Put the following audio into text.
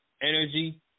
energy